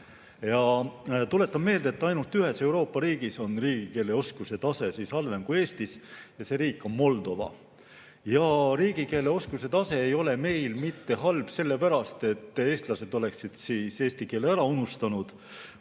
Ma tuletan meelde, et ainult ühes Euroopa riigis on riigikeeleoskuse tase halvem kui Eestis, see riik on Moldova. Riigikeeleoskuse tase ei ole meil mitte halb sellepärast, et eestlased on eesti keele ära unustanud,